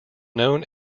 known